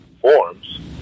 forms